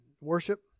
worship